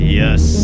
yes